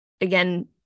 again